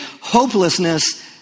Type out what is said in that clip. Hopelessness